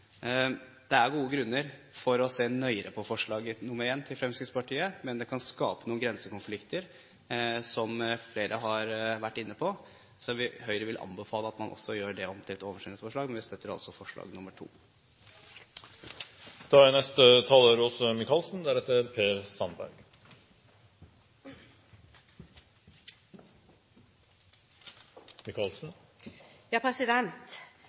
Det er gode grunner til å se nøyere på forslag nr. 1, fra Fremskrittspartiet, men det kan, som flere har vært inne på, skape noen grensekonflikter, så Høyre vil anbefale at man gjør det om til et oversendelsesforslag. Men vi støtter altså forslag nr. 2. Jeg synes det er